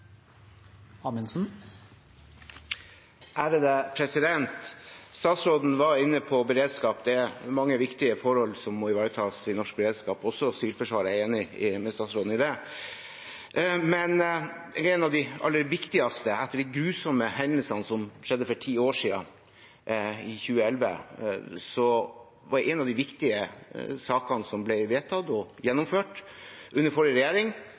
Statsråden var inne på beredskap. Det er mange viktige forhold som må ivaretas i norsk beredskap, også Sivilforsvaret. Jeg er enig med statsråden i det, men et av de aller viktigste er at etter de grusomme hendelsene som skjedde for ti år siden, var en av de viktige sakene som ble vedtatt og gjennomført under forrige regjering,